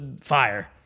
fire